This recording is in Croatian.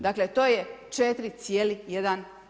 Dakle to je 4,1%